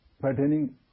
pertaining